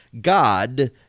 God